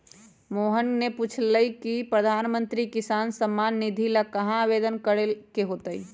मोहन ने पूछल कई की प्रधानमंत्री किसान सम्मान निधि ला कहाँ आवेदन करे ला होतय?